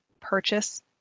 purchase